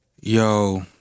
Yo